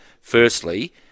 firstly